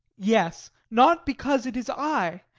yes, not because it is i,